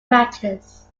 matches